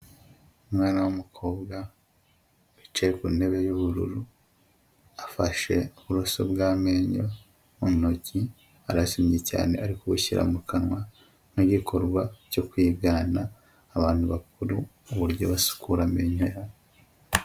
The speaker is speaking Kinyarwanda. Umwana w'umukobwa wicaye ku ntebe y'ubururu, afashe uburoso bw'amenyo mu ntoki, arasamye cyane, ari kubushyira mu kanwa nk'igikorwa cyo kwigana abantu bakuru, uburyo basukura amenyo yabo.